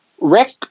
Rick